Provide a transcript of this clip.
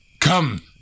come